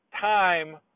time